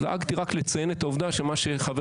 אז דאגתי רק לציין את העובדה שמה שחבר